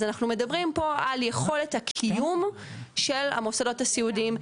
אז אנחנו מדברים פה על יכולת הקיום של המוסדות הסיעודיים,